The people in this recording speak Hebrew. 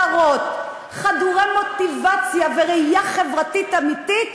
כי כל אותם נערים ונערות חדורי מוטיבציה וראייה חברתית אמיתית,